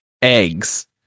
eggs